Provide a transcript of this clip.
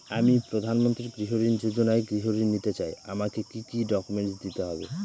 আমি প্রধানমন্ত্রী গৃহ ঋণ যোজনায় গৃহ ঋণ নিতে চাই আমাকে কি কি ডকুমেন্টস দিতে হবে?